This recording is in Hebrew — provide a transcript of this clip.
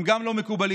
גם היא לא מקובלת.